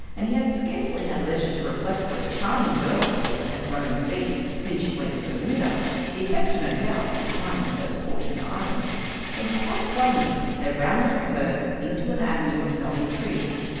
and he had scarcely had leisure to reflect what a charming girl philippa had grown to be since she went to bermuda the effect, no doubt, of the climate of those fortunate islands when quite suddenly they rounded a curve into an avenue of nodding trees,